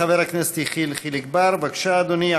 חבר הכנסת יחיאל חיליק בר, בבקשה, אדוני.